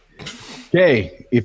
Okay